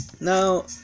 Now